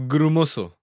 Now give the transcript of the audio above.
Grumoso